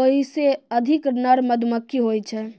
ओहिसे अधिक नर मधुमक्खी हुवै छै